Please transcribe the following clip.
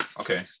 okay